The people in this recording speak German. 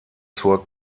zur